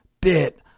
bit